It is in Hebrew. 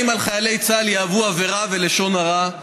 נגד חיילי צה"ל יעברו עבירת לשון הרע.